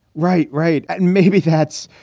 right. right. and maybe that's,